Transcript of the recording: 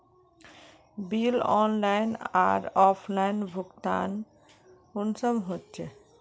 Bill online आर offline भुगतान कुंसम होचे?